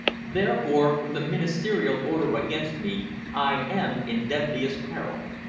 therefore with a ministerial order against me i am in deadliest peril.